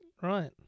Right